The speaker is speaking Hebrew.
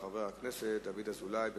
חבר הכנסת דוד אזולאי.